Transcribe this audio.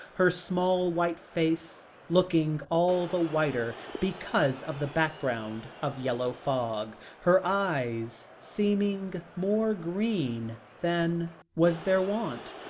her small white face looking all the whiter, because of the background of yellow fog her eyes seeming more green than was their wont,